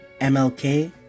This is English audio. MLK